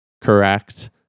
correct